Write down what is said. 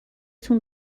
تون